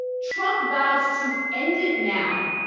trump vows to end it now.